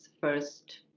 first